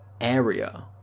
area